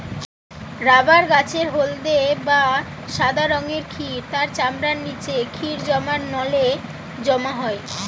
rubber গাছের হলদে বা সাদা রঙের ক্ষীর তার চামড়ার নিচে ক্ষীর জমার নলে জমা হয়